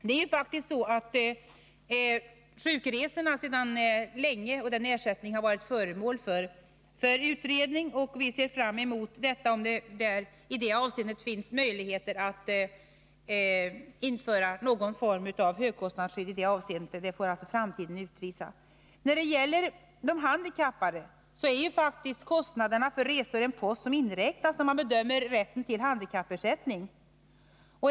Det är faktiskt så att ersättningen för sjukresor sedan länge har varit föremål för utredning, och vi ser fram mot att också finna en möjlighet att i det avseendet införa ett högkostnadsskydd. Framtiden får utvisa om det blir möjligt. När det gäller de handikappade är faktiskt kostnaderna för resor en post som inräknas när man bedömer rätten till handikappersättning.